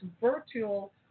virtual